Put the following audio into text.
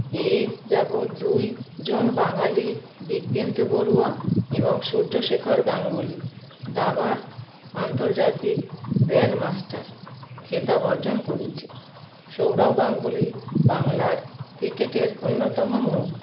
S যাবত দুই জন বাঙালি দিব্যেন্দু বড়ুয়া এবং সূর্য শেখর গাঙ্গুলি দাবার আন্তর্জাতিক গ্র্যান্ডমাস্টার খেতাব অর্জন করেছে সৌরভ গাঙ্গুলি বাংলার ক্রিকেটের অন্যতম মুখ